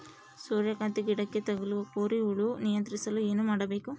ಸೂರ್ಯಕಾಂತಿ ಗಿಡಕ್ಕೆ ತಗುಲುವ ಕೋರಿ ಹುಳು ನಿಯಂತ್ರಿಸಲು ಏನು ಮಾಡಬೇಕು?